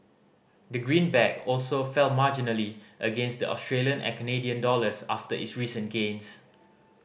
the greenback also fell marginally against the Australian and Canadian dollars after its recent gains